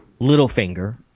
Littlefinger